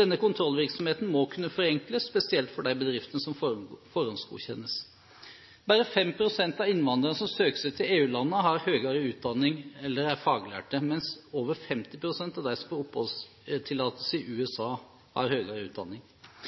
Denne kontrollvirksomheten må kunne forenkles, spesielt for de bedriftene som forhåndsgodkjennes. Bare 5 pst. av innvandrerne som søker seg til EU-landene, har høyere utdanning eller er faglærte, mens over 50 pst. av dem som får oppholdstillatelse i USA, har høyere utdanning.